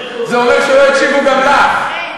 זה אומר שלא הקשיבו גם לך.